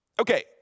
Okay